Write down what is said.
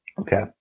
Okay